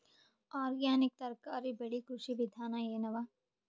Organic ತರಕಾರಿ ಬೆಳಿ ಕೃಷಿ ವಿಧಾನ ಎನವ?